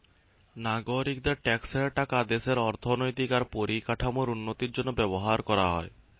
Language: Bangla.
নাগরিকদের ট্যাক্সের টাকা দেশের অর্থনৈতিক আর পরিকাঠামোর উন্নতির জন্য ব্যবহার কোরা হয়